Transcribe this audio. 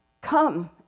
come